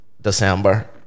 December